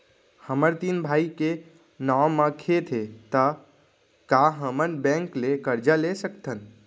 हमर तीन भाई के नाव म खेत हे त का हमन बैंक ले करजा ले सकथन?